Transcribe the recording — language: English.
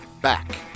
back